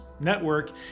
network